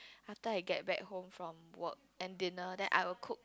after I get back home from work and dinner then I will cook